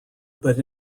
but